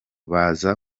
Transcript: baza